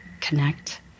connect